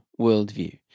worldview